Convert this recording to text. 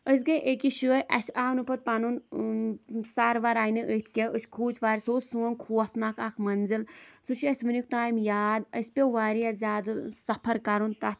أسۍ گٔے أکِس جایہِ اَسہِ آو نہٕ پَتہٕ پَنُن سَر وَر آیہِ نہٕ اَتھِ کیٚنہہ أسۍ کھوٗژ واریا سُہ اوس سون خوفناک اَکھ مٔنٛزِل سُہ چھِ اَسہِ وٕنیُکھ تانۍ یاد اَسہِ پیو واریاہ زیادٕ سفر کَرُن تَتھ